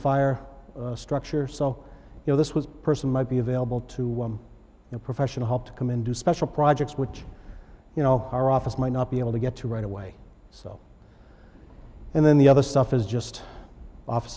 fire structure so you know this was a person might be available to the professional help to come in do special projects which you know our office might not be able to get to right away so and then the other stuff is just off